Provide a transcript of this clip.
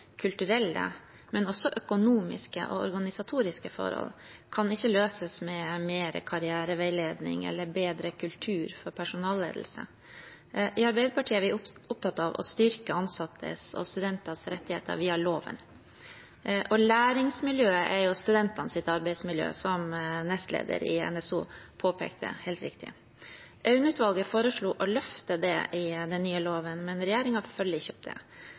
kulturelle, økonomiske og organisatoriske forhold, kan ikke løses med mer karriereveiledning eller bedre kultur for personalledelse. I Arbeiderpartiet er vi opptatt av å styrke ansattes og studenters rettigheter via loven. Læringsmiljøet er jo studentenes arbeidsmiljø, som nestleder i NSO helt riktig har påpekt. Aune-utvalget foreslo å løfte det i den nye loven, men regjeringen følger ikke opp det.